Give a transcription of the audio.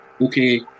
okay